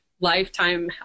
lifetime